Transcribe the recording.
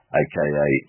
aka